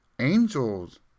Angels